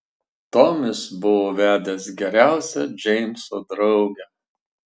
tomis buvo vedęs geriausią džeimso draugę